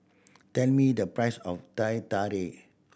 tell me the price of Teh Tarik